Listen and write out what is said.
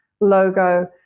logo